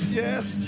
yes